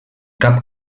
cap